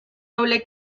noble